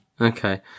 Okay